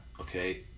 Okay